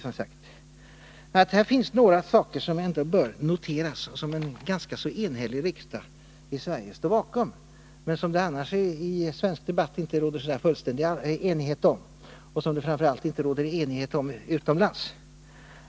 Här finns det ändå några saker som bör noteras och som en ganska enhällig riksdag står bakom, men som det f. ö. inte råder fullständig enighet om i svensk debatt och framför allt inte utomlands.